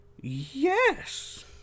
Yes